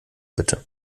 bitte